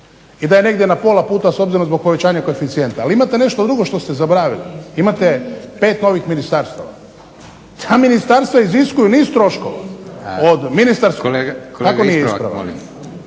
i da je negdje na pola puta s obzirom zbog povećanja koeficijenta. Ali imate nešto drugo što ste zaboravili. Imate 5 novih ministarstava. Ta ministarstva iziskuju niz troškova od ministarskog. …/Upadica